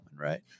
Right